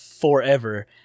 forever